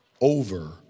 over